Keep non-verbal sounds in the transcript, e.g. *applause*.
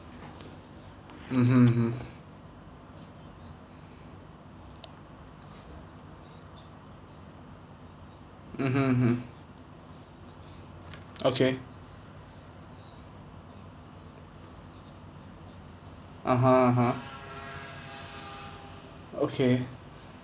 mmhmm mmhmm mmhmm mmhmm *noise* okay (uh huh)(uh huh) okay